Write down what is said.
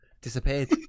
Disappeared